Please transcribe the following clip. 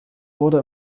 wurde